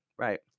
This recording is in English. Right